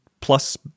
Plus